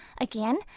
Again